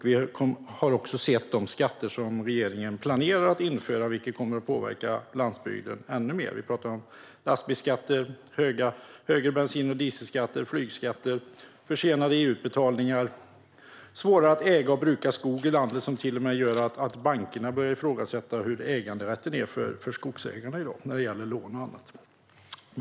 Vi har även sett de skatter som regeringen planerar att införa, som kommer att påverka landsbygden ännu mer. Vi talar om lastbilsskatter, högre bensin och dieselskatter, flygskatter samt försenade EU-utbetalningar. Vi talar om att det blir svårare att äga och bruka skog i landet, vilket till och med gör att bankerna börjar ifrågasätta hur äganderätten ser ut för skogsägarna i dag när det gäller lån och annat.